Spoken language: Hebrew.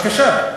בבקשה.